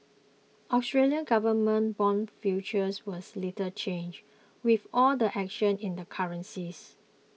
Australian government bond futures was little changed with all the action in the currencies